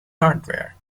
hardware